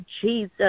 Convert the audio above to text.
Jesus